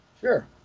Sure